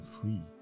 free